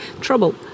trouble